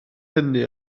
hynny